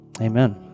amen